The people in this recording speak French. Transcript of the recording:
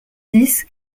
dix